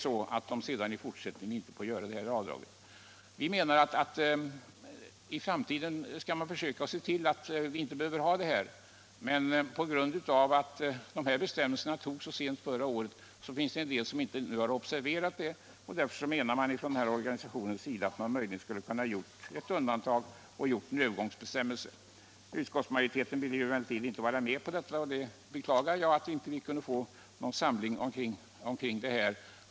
Vi menar att man i framtiden skall försöka se till att vi inte behöver ha det här, men på grund av att bestämmelserna togs så sent förra året finns det en del som ännu inte har observerat det. Då menar den här organisationen att man möjligen kunde ha gjort ett undantag genom övergångsbestämmelser. Utskottsmajoriteten ville emellertid inte vara med på det, och jag beklagar att vi inte kunde få samling omkring detta.